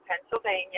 Pennsylvania